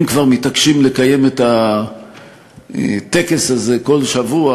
אם כבר מתעקשים לקיים את הטקס הזה כל שבוע,